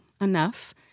enough